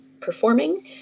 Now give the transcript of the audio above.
performing